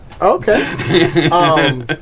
Okay